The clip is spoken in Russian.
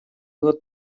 вот